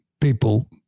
people